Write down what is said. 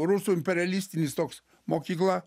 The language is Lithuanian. rusų imperialistinis toks mokykla